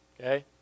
okay